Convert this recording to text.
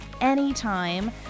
anytime